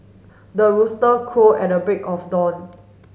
the rooster crow at the break of dawn